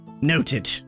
Noted